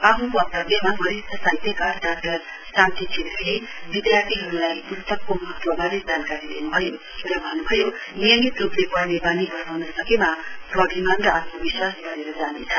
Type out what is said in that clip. आफ्नो वक्तव्यमा वरिष्ट साहित्यकार डाक्टर शान्ती छेत्रीले विधार्थीहरूलाई प्स्तकको महत्वबारे जानकारी दिन्भयो र भन्न्भयो नियमित रूपले पढ़ने बानी वसाउन सकेमा स्वाभिमान र आत्मविश्वास बढ़ेर जानेछ